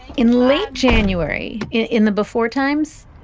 in late january, in the before times,